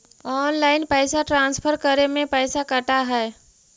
Online पैसा transfer करे में पैसा कटा है?